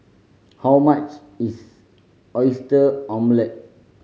how much is Oyster Omelette